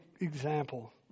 example